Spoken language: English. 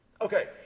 Okay